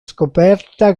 scoperta